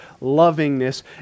lovingness